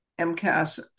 MCAS